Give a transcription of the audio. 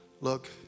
look